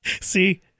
See